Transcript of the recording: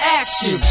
action